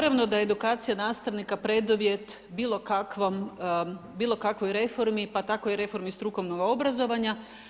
Naravno da je edukacija nastavnika preduvjet bilo kakvoj reformi, pa tako i reformi strukovnoga obrazovanja.